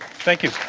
thank you.